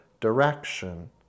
direction